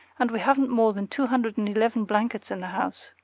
and we haven't more than two hundred and eleven blankets in the house.